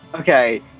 Okay